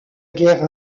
guerre